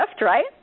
right